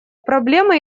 проблемы